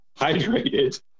hydrated